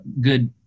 good